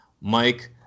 Mike